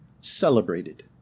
celebrated